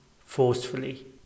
forcefully